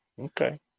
Okay